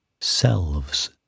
Selves